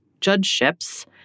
judgeships